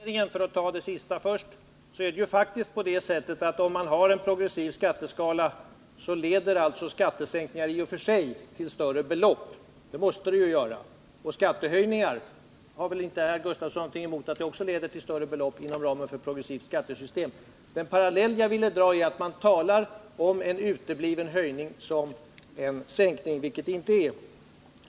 Herr talman! Jag tar den sista frågan först. Om vi har en progressiv skatteskala leder en skattesänkning till att höginkomsttagarna får sänkningar med större belopp — det måste det ju göra. Vid skattehöjningar inom ramen för ett progressivt skattesystem får höginkomsttagarna också en höjning med ett större belopp — och det har väl inte Hans Gustafsson någonting emot. Den parallell jag ville dra var att socialdemokraterna talar om en utebliven höjning som en sänkning, vilket det alltså inte är fråga om.